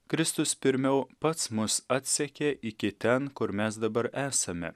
kristus pirmiau pats mus atsekė iki ten kur mes dabar esame